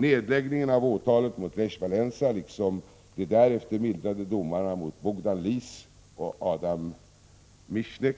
Nedläggningen av åtalet mot Lech Walesa, liksom de därefter mildrade domarna mot Bogdan Lis och Adam Michneck,